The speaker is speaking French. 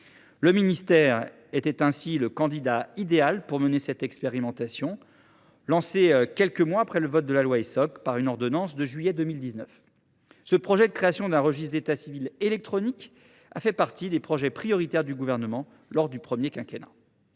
Le ministère était ainsi le candidat idéal pour mener cette expérimentation, lancée quelques mois après le vote de la loi Essoc, par une ordonnance de juillet 2019. La création d’un registre d’état civil électronique a fait partie des projets prioritaires du Gouvernement lors du premier quinquennat.